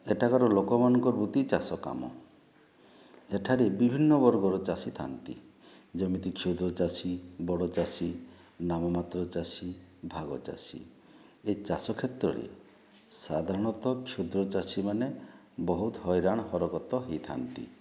ଏଠାକାର ଲୋକମାନଙ୍କର ବୃତ୍ତି ଚାଷ କାମ ଏଠାରେ ବିଭିନ୍ନ ବର୍ଗର ଚାଷୀ ଥାନ୍ତି ଯେମିତି କ୍ଷୁଦ୍ରଚାଷୀ ବଡ଼ଚାଷୀ ନାମମାତ୍ର ଚାଷୀ ଭାଗଚାଷୀ ଏ ଚାଷ କ୍ଷେତ୍ରରେ ସାଧାରଣତଃ କ୍ଷୁଦ୍ର ଚାଷୀମାନେ ବହୁତ ହଇରାଣ ହରକତ ହୋଇଥାନ୍ତି